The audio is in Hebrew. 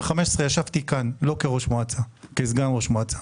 ב-2015 ישבתי כאן כסגן ראש מועצה,